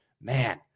man